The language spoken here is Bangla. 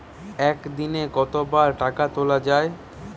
একদিনে কতবার টাকা তোলা য়ায়?